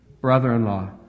Brother-in-law